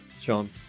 Sean